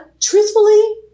truthfully